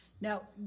Now